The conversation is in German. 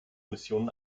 missionen